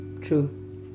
True